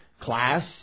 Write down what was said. class